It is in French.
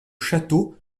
château